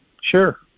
Sure